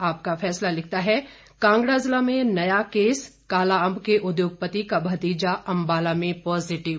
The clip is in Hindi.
आपका फैसला लिखता है कांगड़ा जिला में नया केस कालाअंब के उद्योगपति का भतीजा अंबाला में पॉजिटिव